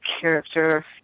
character